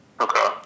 Okay